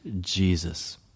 Jesus